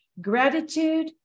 Gratitude